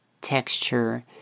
texture